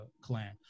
clan